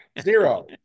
zero